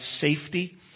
safety